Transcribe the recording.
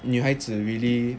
女孩子 really